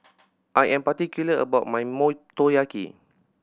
I am particular about my Motoyaki